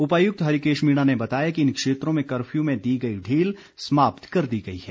उपायुक्त हरिकेश मीणा ने बताया कि इन क्षेत्रों में कर्फ्यू में दी गई ढील समाप्त कर दी गई है